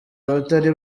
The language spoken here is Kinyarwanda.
abatari